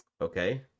Okay